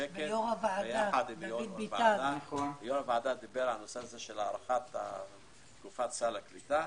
יחד עם יו"ר הוועדה שדיבר על הנושא של הארכת סל הקליטה.